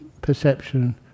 perception